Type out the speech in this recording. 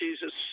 Jesus